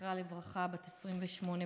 זכרה לברכה, בת 28 במותה,